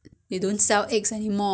so you have to buy from supermarket